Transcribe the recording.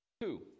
Two